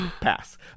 Pass